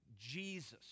Jesus